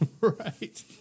Right